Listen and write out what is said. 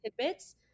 tidbits